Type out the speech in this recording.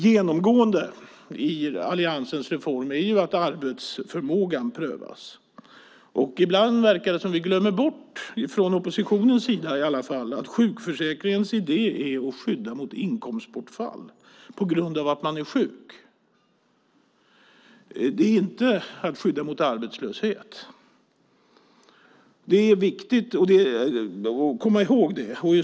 Genomgående i alliansens reform är att arbetsförmågan prövas. Ibland verkar det som om oppositionen glömmer bort att sjukförsäkringens idé är att skydda mot inkomstbortfall på grund av att man är sjuk. Den ska inte skydda mot arbetslöshet. Det är viktigt att komma ihåg.